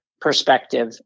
perspective